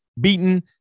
beaten